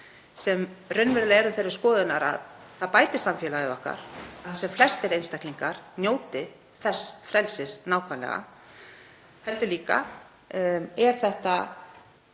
sem raunverulega erum þeirrar skoðunar að það bæti samfélagið okkar að sem flestir einstaklingar njóti þess frelsis — heldur er þetta